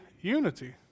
unity